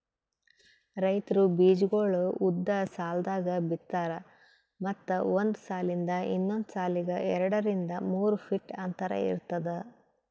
ರೈತ್ರು ಬೀಜಾಗೋಳ್ ಉದ್ದ್ ಸಾಲ್ದಾಗ್ ಬಿತ್ತಾರ್ ಮತ್ತ್ ಒಂದ್ ಸಾಲಿಂದ್ ಇನ್ನೊಂದ್ ಸಾಲಿಗ್ ಎರಡರಿಂದ್ ಮೂರ್ ಫೀಟ್ ಅಂತರ್ ಇರ್ತದ